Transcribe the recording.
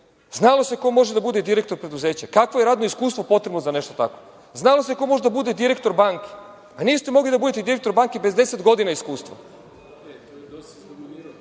znalo se ko može da bude direktor preduzeća, kakvo je radno iskustvo potrebno za nešto tako. Znalo se ko može da bude direktor banke. Niste mogli da budete direktor banke bez deset godina iskustva. To